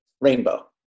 rainbow